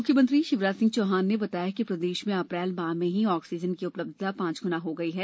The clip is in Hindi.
मुख्यमंत्री शिवराज सिंह चौहान ने बताया कि प्रदेश में अप्रैल माह में ही ऑक्सीजन की उपलब्धता पाँच गुना हो गई है